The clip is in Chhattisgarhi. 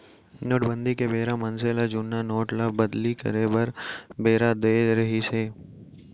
नोटबंदी के बेरा मनसे ल जुन्ना नोट ल बदली करे बर बेरा देय रिहिस हे